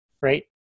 right